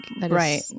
Right